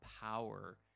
power